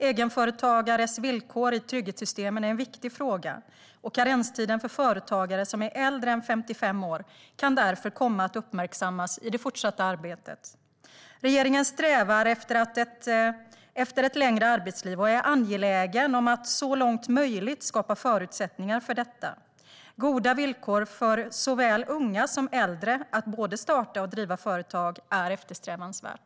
Egenföretagares villkor i trygghetssystemen är en viktig fråga, och karenstiden för företagare som är äldre än 55 år kan därför komma att uppmärksammas i det fortsatta arbetet. Regeringen strävar efter ett längre arbetsliv och är angelägen om att så långt möjligt skapa förutsättningar för detta. Goda villkor för såväl unga som äldre att både starta och driva företag är eftersträvansvärt.